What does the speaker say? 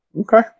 Okay